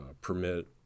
permit